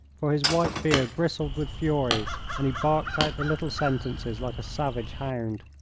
for his white beard bristled with fury and he barked out the little sentences like a savage hound.